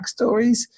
backstories